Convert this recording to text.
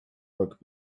work